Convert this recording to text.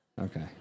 Okay